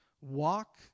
Walk